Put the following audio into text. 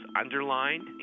underlined